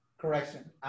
Correction